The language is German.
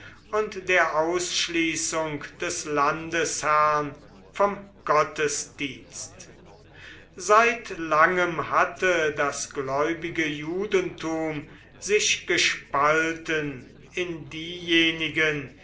und der ausschließung des landesherrn vom gottesdienst seit langem hatte das gläubige judentum sich gespalten in diejenigen